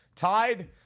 tied